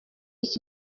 iki